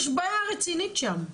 יש בעיה רצינית שם,